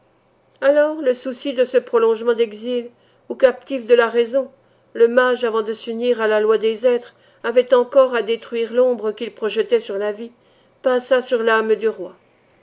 alors le souci de ce prolongement d'exil où captif de la raison le mage avant de s'unir à la loi des êtres avait encore à détruire l'ombre qu'il projetait sur la vie passa sur l'âme du roi